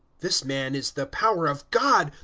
this man is the power of god,